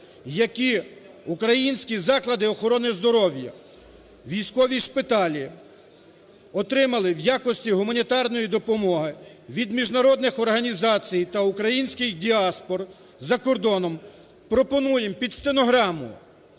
які українські заклади охорони здоров'я, військові шпиталі отримали в якості гуманітарної допомоги від міжнародних організацій та українських діаспор за кордоном, пропонуємо під стенограму